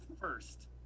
first